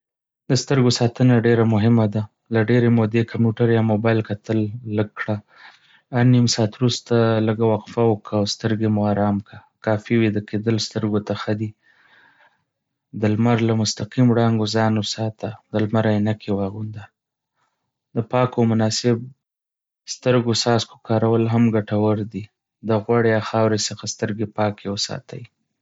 د سترګو ساتنه ډېره مهمه ده. له ډېرې مودې کمپیوټر یا موبایل کتل لږ کړه. هر نیم ساعت وروسته لږه وقفه وکړه او سترګې مو آرام کړه. کافي ویده کېدل سترګو ته ښه دی. د لمر له مستقیم وړانګو ځان وساته، د لمر عينکې واغونده. د پاکو او مناسب سترګو څاڅکو کارول هم ګټور دي. د غوړ یا خاورې څخه سترګې پاکې وساته.